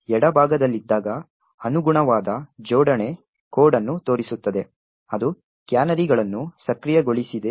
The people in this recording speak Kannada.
ಎಡಭಾಗದಲ್ಲಿದ್ದಾಗ ಅನುಗುಣವಾದ ಜೋಡಣೆ ಕೋಡ್ ಅನ್ನು ತೋರಿಸುತ್ತದೆ ಅದು ಕ್ಯಾನರಿಗಳನ್ನು ಸಕ್ರಿಯಗೊಳಿಸಿದೆ